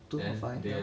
two four five